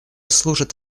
служит